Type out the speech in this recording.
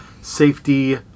safety